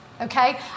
okay